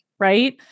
Right